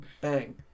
bang